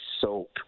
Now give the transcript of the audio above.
soap